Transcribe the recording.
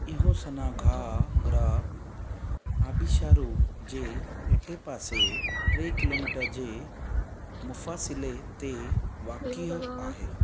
इहो सनाघा ग्रह आबिशारु जे हेठे पासे टे किलोमीटर जे मुफ़ासिले ते वाक़िह आहे